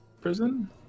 prison